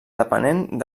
depenent